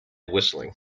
whistling